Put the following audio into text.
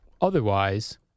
Otherwise